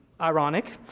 ironic